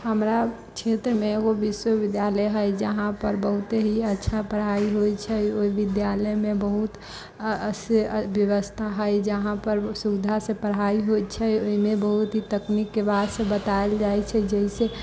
हमरा क्षेत्रमे एगो विश्वविद्यालय हइ जहाँपर बहुते ही अच्छा पढ़ाइ होइ छै ओहि विद्यालयमे बहुत व्यवस्था हइ जहाँपर सुविधासँ पढ़ाइ होइ छै ओहिमे बहुत ही तकनीकके बातसभ बतायल जाइ छै जैसे